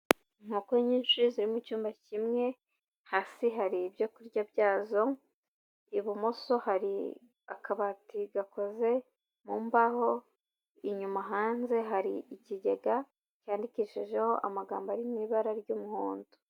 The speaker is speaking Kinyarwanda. Inkoko nyinshi ziri mu cyumba kimwe, hasi hari ibyorya byazo ibumoso hari akabati gakoze mu mbahoho, inyuma hanze hari ikigega, cyandikishijeho amagambo ari mu ibara ry'umuhondo.